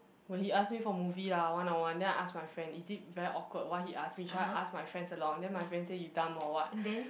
when he ask me for movie lah one on one then I ask my friend is it very awkward why he ask me should I ask my friend along then my friend said you dumb or what